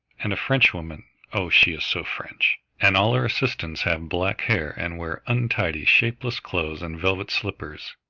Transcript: and a frenchwoman oh, she is so french and all her assistants have black hair and wear untidy, shapeless clothes and velvet slippers.